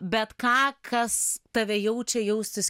bet ką kas tave jaučia jaustis